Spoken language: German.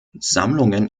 sammlungen